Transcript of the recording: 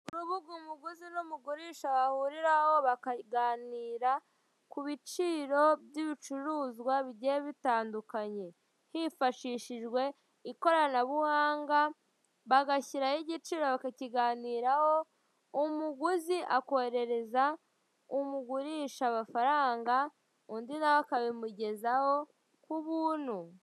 Urubuga umuguzi n'umugurisha bahuriraho bakaganira ku biciro by'ibicuruzwa bigiye bitandukanye. Hifashishijwe ikoranabuhanga bagashyiraho igiciro bakakiganiraho, umuguzi akoherereza umugurisha amafaranga, undi nawe akabimugezaho ku buntu.